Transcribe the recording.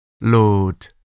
Lord